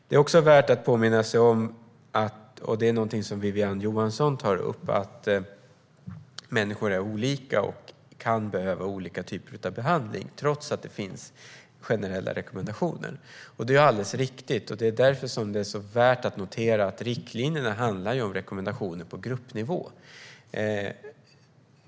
Det är också värt att påminna sig om - och det tar Wiwi-Anne Johansson också upp - att människor är olika och kan behöva olika typer av behandling, trots att det finns generella rekommendationer. Det är därför som det är värt att notera att riktlinjerna är rekommendationer på gruppnivå.